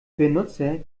benutzer